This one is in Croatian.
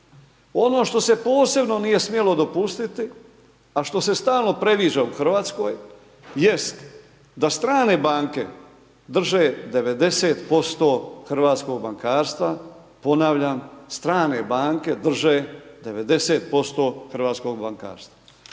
Ono što se posebno nije smjelo dopustiti a što se stalno previđa u Hrvatskoj jest da strane banke drže 90% hrvatskog bankarstva, ponavljam strane banke drže 90% hrvatskog bankarstva.